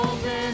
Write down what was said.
Open